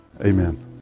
amen